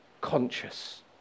conscious